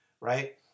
right